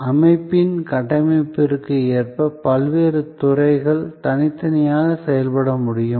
அமைப்பின் கட்டமைப்பிற்கு ஏற்ப பல்வேறு துறைகள் தனித்தனியாக செயல்பட முடியும்